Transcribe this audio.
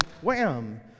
wham